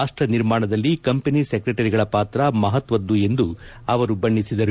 ರಾಷ್ಟ ನಿರ್ಮಾಣದಲ್ಲಿ ಕಂಪೆನಿ ಸೆಕ್ರೆಟರಿಗಳ ಪಾತ್ರ ಮಹತ್ವದ್ದು ಎಂದು ಬಣ್ಣಿಸಿದರು